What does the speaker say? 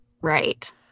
right